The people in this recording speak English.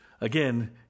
again